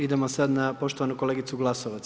Idemo sad na poštovanu kolegicu Glasovac.